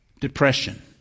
depression